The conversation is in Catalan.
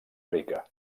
rica